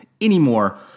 anymore